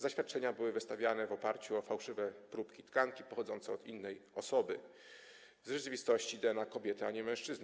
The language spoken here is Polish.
Zaświadczenia były wystawiane w oparciu o fałszywe próbki tkanki, pochodzące od innej osoby, w rzeczywistości było to DNA kobiety, a nie mężczyzny.